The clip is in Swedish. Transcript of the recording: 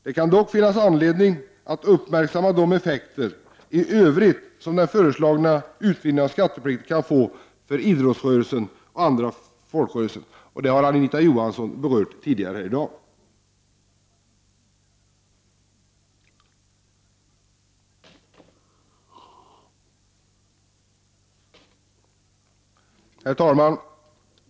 Det kan dock finnas anledning att uppmärksamma de effekter i övrigt som den föreslagna utvidgningen av skatteplikten kan få för idrottsrörelsen och även för andra folkrörelser. Detta har Anita Johansson tidigare i debatten berört. Herr talman!